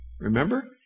Remember